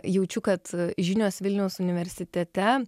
jaučiu kad žinios vilniaus universitete